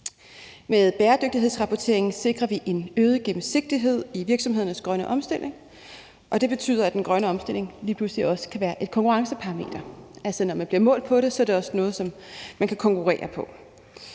Med bæredygtighedsrapporteringen sikrer vi en øget gennemsigtighed i virksomhedernes grønne omstilling, og det betyder, at den grønne omstilling lige pludselig også kan være et konkurrenceparameter. Når man bliver målt på det, er det også noget, som man kan konkurrere på.